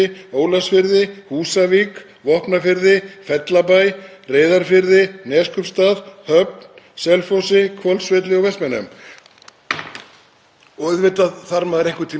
Auðvitað þarf maður einhvern tímann að fara í kaupstað og maður þarf ekki að fara sérstaklega til að fara með bílinn í skoðun ef maður er búinn að reyna að búa til eins mikið svigrúm og hægt er,